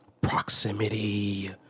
proximity